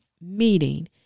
meeting